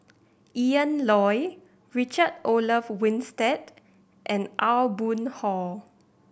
Ian Loy Richard Olaf Winstedt and Aw Boon Haw